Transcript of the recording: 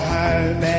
home